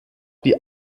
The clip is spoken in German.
die